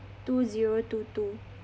two zero two two